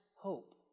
hope